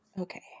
Okay